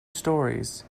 storeys